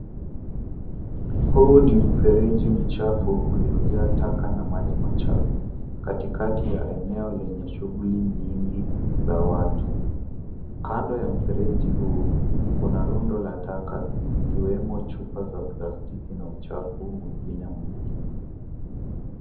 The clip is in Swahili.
Huu ni mfereji mchafu uliojaa taka na maji machafu. Katikati ya eneo yenye shughuli nyingi za watu. Kando ya mfereji huu kuna rundo la taka ikiwemo chupa za plastiki na uchafu mwingine mwingi.